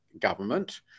government